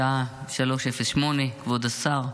השעה 03:08. כבוד השר,